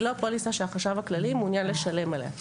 לא פוליסה שהחשב הכללי מעוניין לשלם עליה.